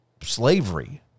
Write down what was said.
slavery